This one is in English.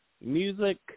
Music